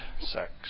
sex